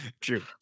True